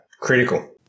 critical